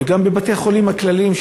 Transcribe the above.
וגם בבתי-החולים הכללים.